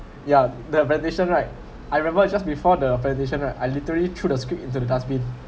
ya the presentation n right I remember I just before the presentation right I literally threw the script into the dustbin